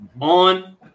On